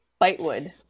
Bitewood